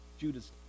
judas